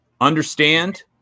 understand